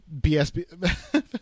BSB